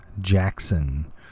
Jackson